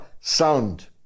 sound